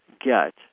get